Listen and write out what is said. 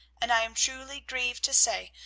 and i am truly grieved to say,